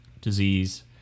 disease